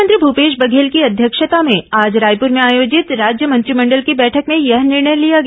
मुख्यमंत्री भूपेश बघेल की अध्यक्षता में आज रायपूर में आयोजित राज्य मंत्रिमंडल की बैठक में यह निर्णय लिया गया